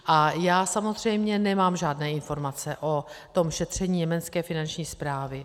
A já samozřejmě nemám žádné informace o šetření německé finanční správy.